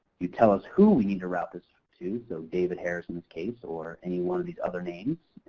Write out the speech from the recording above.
you tell us who we need to route this to, so david harris in this case or any one of these other names.